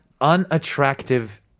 unattractive